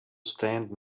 stand